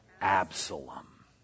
Absalom